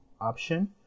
option